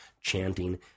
chanting